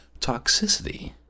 toxicity